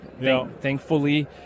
thankfully